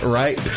right